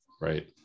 right